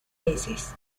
veces